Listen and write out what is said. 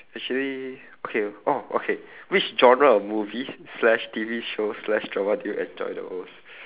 actually okay oh okay which genre of movies slash T_V shows slash drama do you enjoy the most